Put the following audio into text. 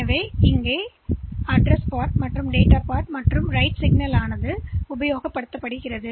எனவே எதிர் மெமரிஇந்த முகவரி பகுதி தரவு பகுதி மற்றும் WRITE சிக்னல்யைப் பெறும்